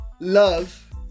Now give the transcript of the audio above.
Love